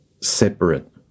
separate